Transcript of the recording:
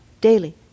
daily